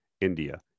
India